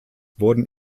wurden